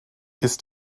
ist